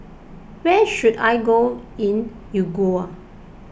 where should I go in Uruguay